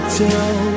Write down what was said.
tell